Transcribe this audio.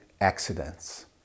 accidents